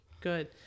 Good